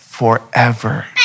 forever